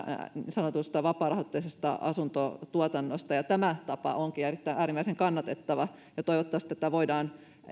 sanotusta vapaarahoitteisesta asuntotuotannosta tämä tapa onkin äärimmäisen kannatettava ja toivottavasti tätä voidaan